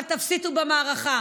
אבל תפסידו במערכה